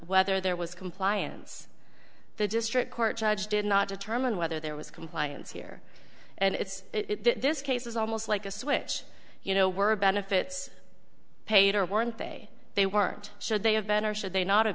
whether there was compliance the district court judge did not determine whether there was compliance here and it's this case is almost like a switch you know we're benefits paid or weren't they they weren't should they have been or should they not have